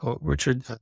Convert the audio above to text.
Richard